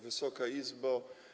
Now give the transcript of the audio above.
Wysoka Izbo!